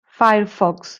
firefox